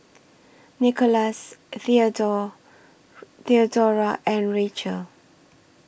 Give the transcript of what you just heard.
Nickolas Theodora and Rachel